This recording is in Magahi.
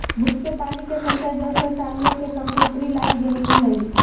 बुन्नी के पानी के संचय जल संसाधनों के संपूर्ति लागी जरूरी हई